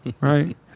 right